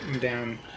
Down